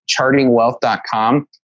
chartingwealth.com